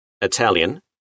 Italian